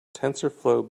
tensorflow